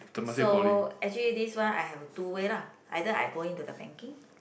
so actually this one I have two way lah either I go into the banking